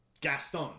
Gaston